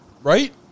Right